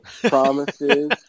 promises